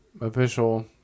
official